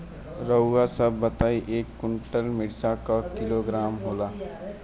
रउआ सभ बताई एक कुन्टल मिर्चा क किलोग्राम होला?